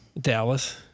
Dallas